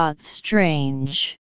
Strange